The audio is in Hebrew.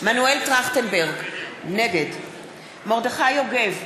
מנואל טרכטנברג, נגד מרדכי יוגב,